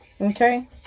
okay